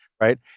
right